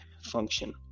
function